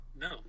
No